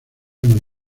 nos